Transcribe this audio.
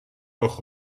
noch